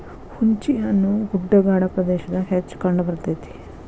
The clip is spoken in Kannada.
ಹುಂಚಿಹಣ್ಣು ಗುಡ್ಡಗಾಡ ಪ್ರದೇಶದಾಗ ಹೆಚ್ಚ ಕಂಡಬರ್ತೈತಿ